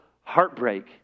heartbreak